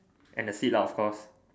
and the seat lah of course